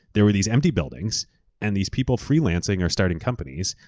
there were these empty buildings and these people freelancing or starting companies,